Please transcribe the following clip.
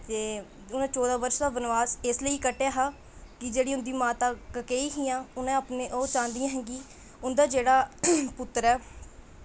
उनें चौदहां वर्ष दा वनवास इसलेई कट्टेआ हा की जेह्कियां माता केकैयी हियां ओह् चाहंदियां हियां की उंदा जेह्ड़ा पुत्र ऐ